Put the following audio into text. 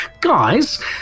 Guys